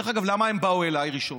דרך אגב, למה הם באו אליי ראשון?